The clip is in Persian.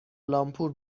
لامپور